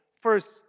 First